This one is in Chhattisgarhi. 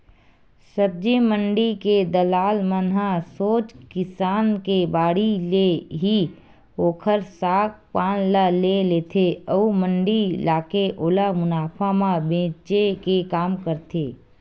सब्जी मंडी के दलाल मन ह सोझ किसान के बाड़ी ले ही ओखर साग पान ल ले लेथे अउ मंडी लाके ओला मुनाफा म बेंचे के काम करथे